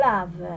Love